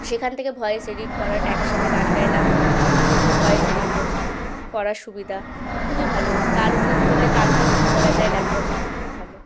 সেখান থেকে voice edit করা ট্র্যাকের সাথে গান গাইলাম সেখান থেকে ভয়েস এডিট কোত করার সুবিধা খুবই ভালো তাল ভুল করলে তালটাও ঠিক করা যায় ল্যাপটপে খুবই ভালো